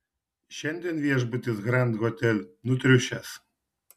šiandien viešbutis grand hotel nutriušęs